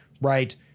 right